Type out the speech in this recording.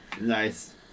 Nice